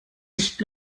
nicht